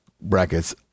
Brackets